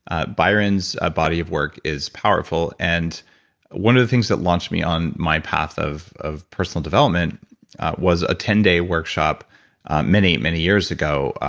ah byron's ah body of work is powerful, and one of the things that launched me on my path of of personal development was a ten day workshop many, many years ago,